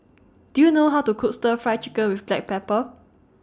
Do YOU know How to Cook Stir Fry Chicken with Black Pepper